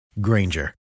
Granger